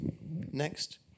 Next